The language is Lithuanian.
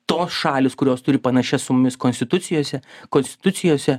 tos šalys kurios turi panašias su mumis konstitucijose konstitucijose